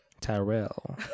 Tyrell